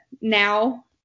now